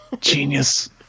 Genius